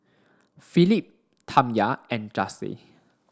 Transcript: Philip Tamya and Jase